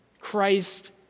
Christ